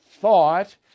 thought